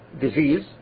disease